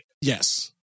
Yes